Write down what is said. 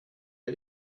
der